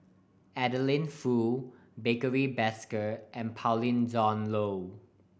Adeline Foo Barry Desker and Pauline Dawn Loh